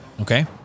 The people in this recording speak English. Okay